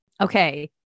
Okay